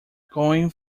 going